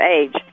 age